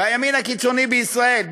והימין הקיצוני בישראל,